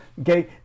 okay